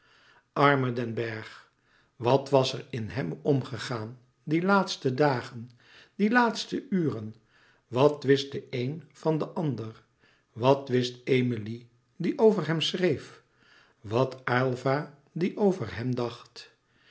arme den bergh wat was er in hem omgegaan die laatste dagen die laatste uren wat wist de een van den ander wat wist emilie die over hem schreef wat aylva die over hem dacht